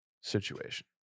situation